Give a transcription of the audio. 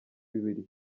bibiliya